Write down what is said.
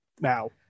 now